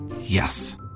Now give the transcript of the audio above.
Yes